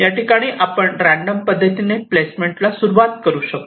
याठिकाणी आपण रॅन्डम पद्धतीने प्लेसमेंट ला सुरुवात करू शकतो